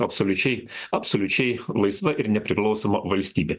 absoliučiai absoliučiai laisva ir nepriklausoma valstybė